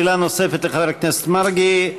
שאלה נוספת לחבר הכנסת מרגי,